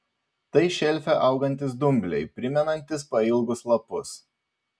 tai šelfe augantys dumbliai primenantys pailgus lapus